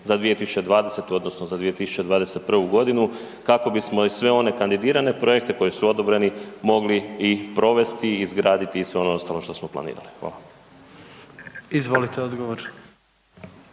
za 2020. odnosno za 2021. g., kako bismo i sve one kandidirane projekte koji su odobreni, mogli i provesti i izraditi sve ono ostalo što smo planirali. Hvala. **Jandroković,